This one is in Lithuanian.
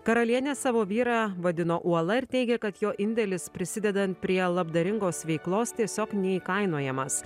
karalienė savo vyrą vadino uola ir teigė kad jo indėlis prisidedant prie labdaringos veiklos tiesiog neįkainojamas